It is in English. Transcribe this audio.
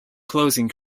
closing